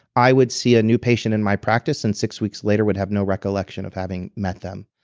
i would see a new patient in my practice and six weeks later would have no recollection of having met them.